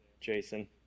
Jason